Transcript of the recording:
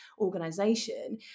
organization